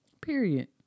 Period